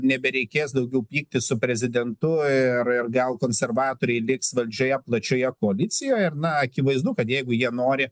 nebereikės daugiau pyktis su prezidentu ir ir gal konservatoriai liks valdžioje plačioje koalicijoje ir na akivaizdu kad jeigu jie nori